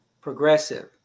progressive